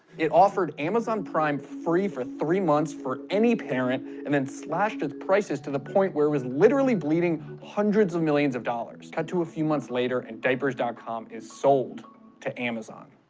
it offered amazon prime free for three months for any parent and then slashed its prices to the point where it was literally bleeding hundreds of millions of dollars. cut to a few months later, and diapers dot com is sold to amazon.